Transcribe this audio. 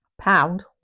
Pound